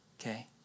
okay